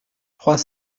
trois